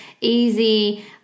easy